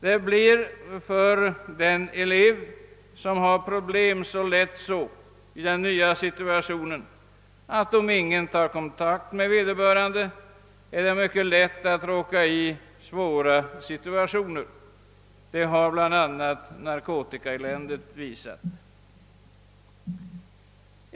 De elever som har problem kan lätt råka in i svåra situationer om ingen tar kontakt med dem — det har bl.a. narkotikaeländet visat.